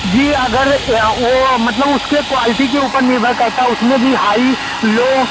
जी अगर वह मतलब उसके क्वालटी के ऊपर निर्भर करता उसमें भी हाई लो